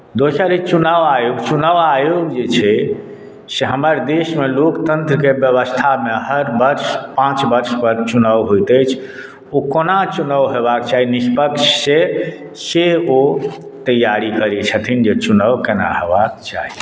दोसर अइ चुनाव आयोग चुनाव आयोग जे छै से हमर देशमे लोकतन्त्रके व्यवस्थामे हर वर्ष पाँच वर्षपर चुनाव होइत अछि ओ कोना चुनाव होयबाक चाही निष्पक्षसँ से ओ तैआरी करैत छथिन जे चुनाव केना होयबाक चाही